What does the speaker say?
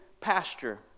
pasture